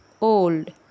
old